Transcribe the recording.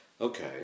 Okay